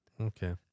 Okay